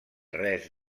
res